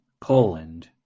Poland